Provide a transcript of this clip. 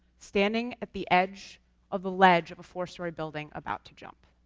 standing at the edge of a ledge of a four-story building about to jump.